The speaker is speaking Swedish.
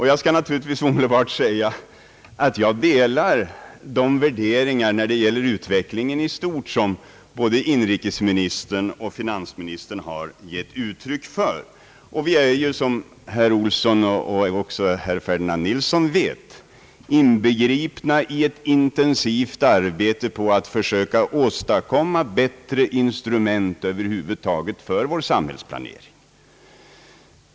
Jag vill omedelbart säga att jag instämmer i de värderingar när det gäller utvecklingen i stort som både inrikesministern och finansministern gett uttryck åt. Vi är — som herr Olsson och även herr Ferdinand Nilsson vet — inbegripna i ett intensivt arbete för att söka åstadkomma bättre instrument för vår samhällsplanering.